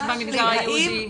יש במגזר היהודי.